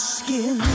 skin